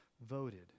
voted